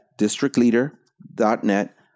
districtleader.net